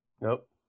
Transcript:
Nope